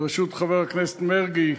בראשות חבר הכנסת מרגי,